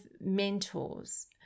mentors